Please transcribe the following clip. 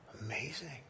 Amazing